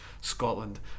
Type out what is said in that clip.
Scotland